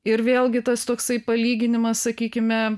ir vėlgi tas toksai palyginimas sakykime